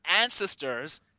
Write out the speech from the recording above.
ancestors